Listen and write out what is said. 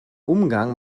umgang